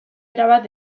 erabat